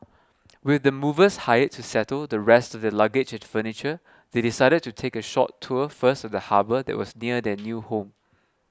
with the movers hired to settle the rest luggage and furniture they decided to take a short tour first of the harbour that was near their new home